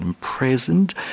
present